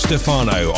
Stefano